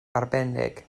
arbennig